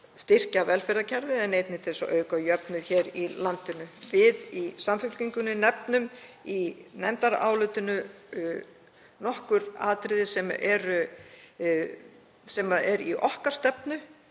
styrkja velferðarkerfið en einnig til að auka jöfnuð hér í landinu. Við í Samfylkingunni nefnum í nefndarálitinu nokkur atriði sem eru í okkar stefnu.